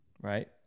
Right